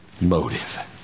motive